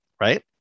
right